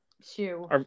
shoe